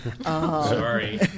Sorry